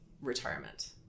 retirement